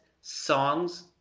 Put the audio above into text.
songs